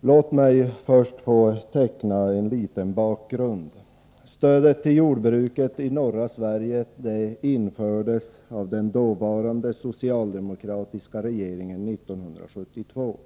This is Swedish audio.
Låt mig först få teckna en liten bakgrund. Stödet till jordbruket i norra Sverige infördes av den dåvarande socialdemokratiska regeringen 1972.